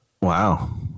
Wow